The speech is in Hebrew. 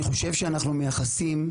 אני חושב שאנחנו מייחסים,